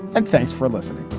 and thanks for listening